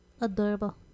adorable